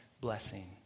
blessing